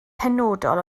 penodol